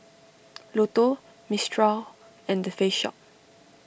Lotto Mistral and the Face Shop